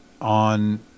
on